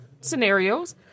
scenarios